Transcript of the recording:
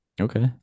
Okay